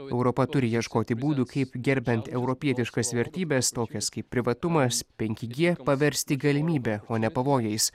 europa turi ieškoti būdų kaip gerbiant europietiškas vertybes tokias kaip privatumas penki g paversti galimybe o ne pavojais